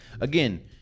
Again